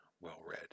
well-read